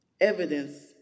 evidence